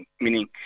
meaning